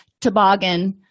toboggan